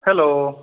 hello